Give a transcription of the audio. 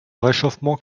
réchauffement